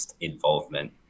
involvement